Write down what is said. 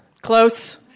Close